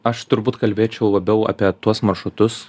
aš turbūt kalbėčiau labiau apie tuos maršrutus